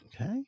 Okay